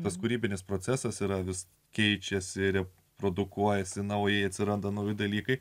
tas kūrybinis procesas yra vis keičiasi ir redukuojasi naujai atsiranda nauji dalykai